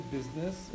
business